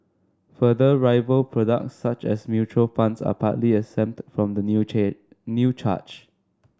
further rival products such as mutual funds are partly exempt from the new chaired new charge